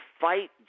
fight